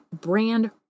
brand